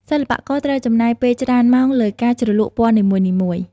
សិល្បករត្រូវចំណាយពេលច្រើនម៉ោងលើការជ្រលក់ពណ៌នីមួយៗ។